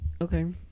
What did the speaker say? Okay